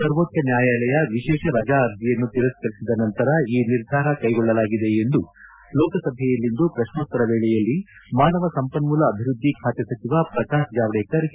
ಸರ್ವೋಚ್ಟ ನ್ಯಾಯಾಲಯ ವಿಶೇಷ ರಜಾ ಅರ್ಜಿಯನ್ನು ತಿರಸ್ಕರಿಸಿದ ನಂತರ ಈ ನಿರ್ಧಾರ ಕೈಗೊಳ್ಳಲಾಗಿದೆ ಎಂದು ಲೋಕಸಭೆಯಲ್ಲಿಂದು ಪ್ರಶ್ನೋತ್ತರ ವೇಳೆಯಲ್ಲಿ ಮಾನವ ಸಂಪನ್ಮೂಲ ಅಭಿವೃದ್ದಿ ಖಾತೆ ಸಚಿವ ಪ್ರಕಾಶ್ ಜಾವ್ಡೇಕರ್ ಹೇಳಿದ್ದಾರೆ